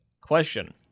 Question